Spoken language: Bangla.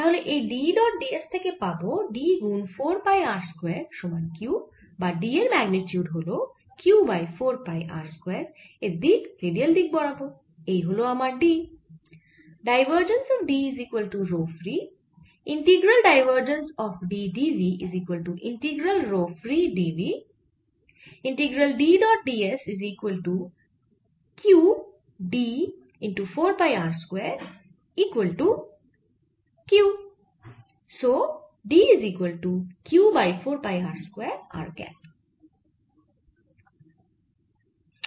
তাহলে এই D ডট d s থেকে পাবো D গুন 4 পাই r স্কয়ার সমান Q বা D এর ম্যাগ্নিটিউড হল Q by 4 pi r square এর দিক রেডিয়াল দিক বরাবর এই হল আমার D